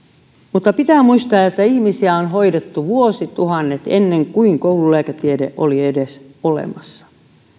mutta pitää muistaa että ihmisiä on hoidettu vuosituhannet ennen kuin koululääketiede oli edes olemassa